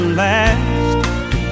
last